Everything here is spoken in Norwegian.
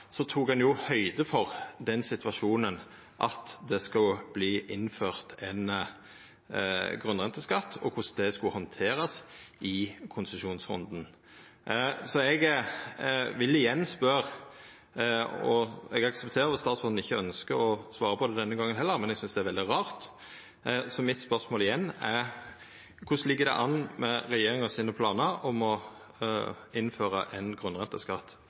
Så eg vil spørja igjen – og eg aksepterer at statsråden ikkje ønskjer å svara på det denne gongen heller, men eg synest det er veldig rart. Så spørsmålet mitt er igjen: Korleis ligg det an med planane regjeringa har om å innføra ein